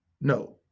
No